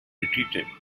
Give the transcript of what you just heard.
retreated